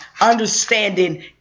understanding